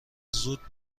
زود